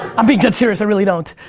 i'm being dead serious, i really don't.